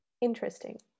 interesting